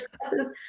classes